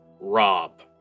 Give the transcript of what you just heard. rob